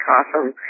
Awesome